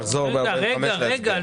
נחזור בשעה 14:45. רגע.